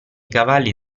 cavalli